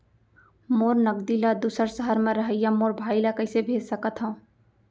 मोर नगदी ला दूसर सहर म रहइया मोर भाई ला कइसे भेज सकत हव?